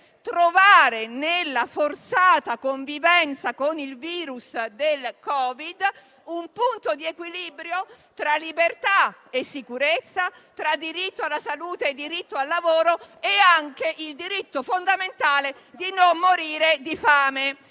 trovare, nella forzata convivenza con il virus del Covid-19, un punto di equilibrio tra libertà e sicurezza, tra diritto alla salute, diritto al lavoro e anche il diritto fondamentale di non morire di fame.